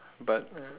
but uh